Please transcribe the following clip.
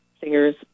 singers